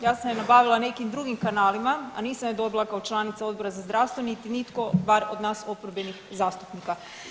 Ja sam je nabavila nekim drugim kanalima, a nisam je dobila kao članica Odbora za zdravstvo niti nitko bar od nas oporbenih zastupnika.